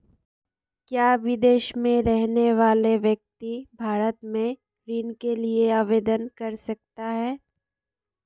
क्या विदेश में रहने वाला व्यक्ति भारत में ऋण के लिए आवेदन कर सकता है?